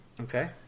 okay